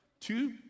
two